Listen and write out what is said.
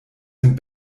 dem